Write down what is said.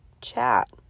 chat